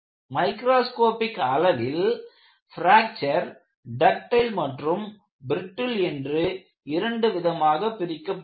microscopic அளவில் fracture ductile மற்றும் brittle என்று இரண்டு விதமாக பிரிக்கப்படுகிறது